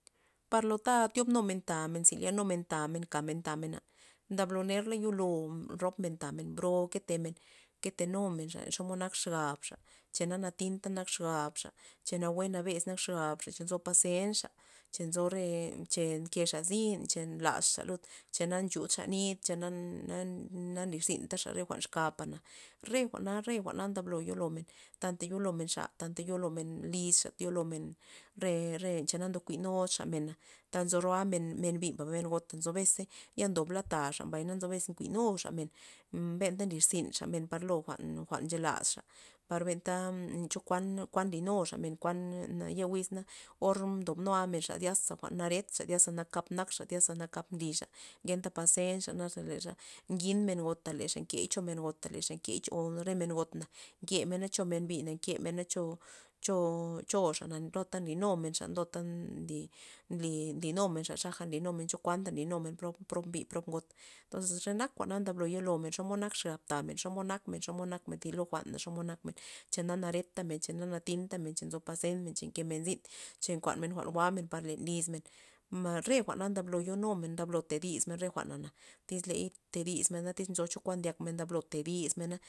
Par la tyobnumen tamen ze lyanumen tamen kamen tamen, ndablo nerla yolo ropmen tamen bro ketemen ketenumen xa len xomod nak xabxa chana natinta nakxa xabxa cha nawue nabes nak xabxa cha nzo pazenxa cha nzo re cha nkexa zyn cha nladxa lud xa na nchudxa lud nit chana na nanlirzynxa re jwa'n xkapa re jwa'na- re jwa'na ndablo yolomen tak yolomenxa tan yolomen lizxa tyolomen re- re chano ndo kuinudxamen na tak nzo roa- ro men biba men ngot nzo abes se ya ndobla taxa mbay nzo bes nkuynuxa men bentan lizynxa men par lo jwa'n nchelazxa par benta chokuan nlynu xamen kuan na ye wiz or ndobnuamen zyasa na kap nakxa zyaza kap nlixa ngenta pazenxa na ze lexa ngi'n men gota lexa nkey lo cho men gota lexa nkey o nzo re men got nkemena cho lo men bi nkemena cho- cho- choxana kuanta nlinu menxa xaja nlimen chokuanpa nlinumen prob mbi prob ngot tonze re nak jwa'na yolomen xomod nak xab tamen xomod nakmen xomod nakamen lo thi jwa'na xomod nakmen xana naretamen xa na natintamen cha nzo pazenmen cha nkemne zyn cha nkuanmen jwa'n jwa'men par len lizmen mbay re jwa'na ndablo yo numen ndablo todismen re jwa'na tyz ley todismena nzo chokuan ndyakmen ndablo todismena.